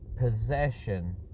possession